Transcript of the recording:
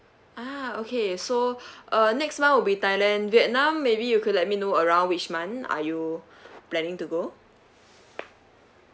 ah okay so uh next month will be thailand vietnam maybe you could let me know around which month are you planning to go